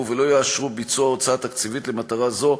ולא יאשרו ביצוע הוצאה תקציבית למטרה זו,